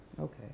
Okay